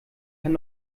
kann